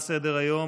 סדר-היום,